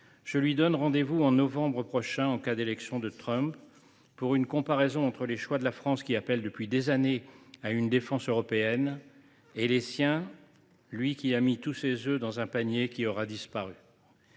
Je lui donne rendez vous en novembre prochain en cas d’élection de Trump pour une comparaison entre les choix de la France, qui appelle depuis des années à une défense européenne, et les siens, lui qui a mis tous ses œufs dans un panier qui aura disparu.